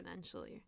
exponentially